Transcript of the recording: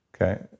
Okay